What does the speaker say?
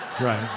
Right